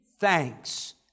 thanks